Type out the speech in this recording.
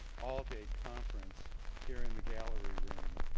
all day conference here in the gallery room.